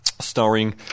starring